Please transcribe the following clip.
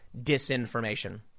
disinformation